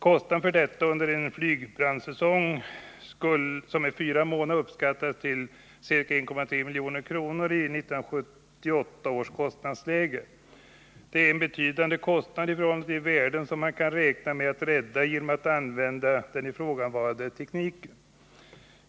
Kostnaden för detta under en skogsbrandsäsong som är fyra månader uppskattades till 1.3 milj.kr. i 1978 års kostnadsläge. Det är en betydande kostnad i förhållande till de värden som man kan räkna med att rädda genom att använda den ifrågavarande tekniken.